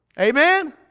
Amen